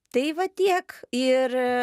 tai va tiek ir